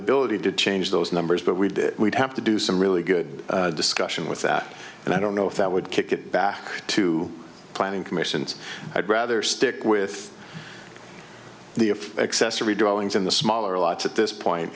ability to change those numbers but we did we'd have to do some really good discussion with that and i don't know if that would kick it back to planning commissions i'd rather stick with the if accessory drawings in the smaller lots at this point